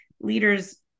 leaders